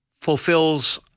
fulfills